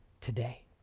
today